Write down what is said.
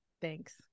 Thanks